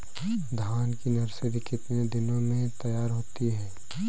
धान की नर्सरी कितने दिनों में तैयार होती है?